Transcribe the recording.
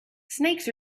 snakes